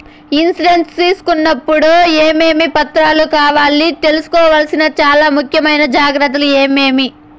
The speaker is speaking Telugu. ఇన్సూరెన్సు తీసుకునేటప్పుడు టప్పుడు ఏమేమి పత్రాలు కావాలి? తీసుకోవాల్సిన చానా ముఖ్యమైన జాగ్రత్తలు ఏమేమి?